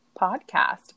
podcast